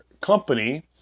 company